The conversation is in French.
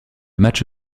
match